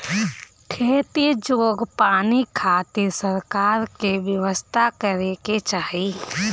खेती जोग पानी खातिर सरकार के व्यवस्था करे के चाही